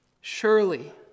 Surely